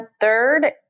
third